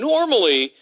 Normally